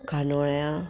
Candolim